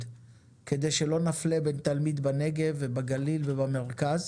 כדי שלא נפלה בין תלמיד בנגב ובגליל ובמרכז